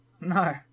No